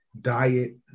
diet